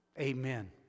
Amen